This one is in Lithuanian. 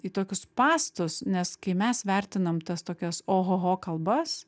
į tokius spąstus nes kai mes vertinam tas tokias ohoho kalbas